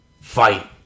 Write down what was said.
fight